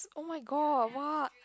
oh-my-god what